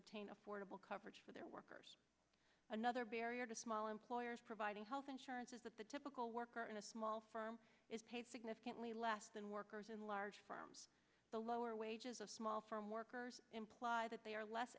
obtain affordable coverage for their workers another barrier to small employers providing health insurance is that the typical worker in a small firm is paid significantly less than workers in large firms the lower wages of small farm workers imply that they are less